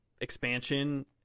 expansion